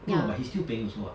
no but he still paying also [what]